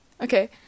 Okay